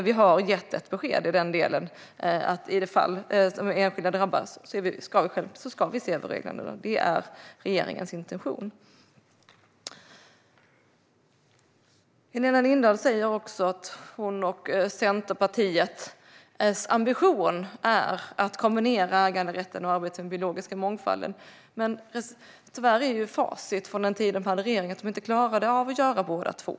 Vi har gett ett besked i den delen om att i det fall som enskilda drabbas ska vi se över reglerna. Det är regeringens intention. Helena Lindahl säger att hennes och Centerpartiets ambition är att kombinera äganderätten och arbetet med den biologiska mångfalden. Men tyvärr är facit från den tid de satt i regering att de inte klarade av att göra både och.